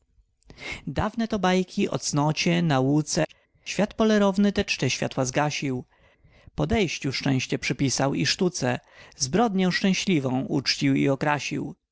dawne to bajki o cnocie nauce świat polerowny te czcze światła zgasił podejściu szczęście przypisał i sztuce zbrodnią szczęśliwą uczcił i okrasił